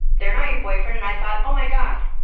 they're not your boyfriend. and i thought, oh, my god,